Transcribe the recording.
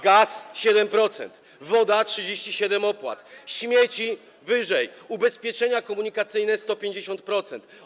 Gaz - 7%, woda - 37, śmieci - wyżej, ubezpieczenia komunikacyjne - 150%.